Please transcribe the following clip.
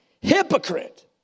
Hypocrite